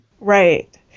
Right